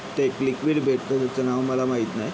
ते एक लिक्विड भेटतं त्याचं नाव मला माहीत नाही